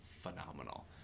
phenomenal